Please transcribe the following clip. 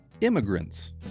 Immigrants